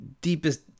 deepest